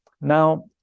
Now